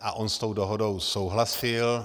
A on s tou dohodou souhlasil.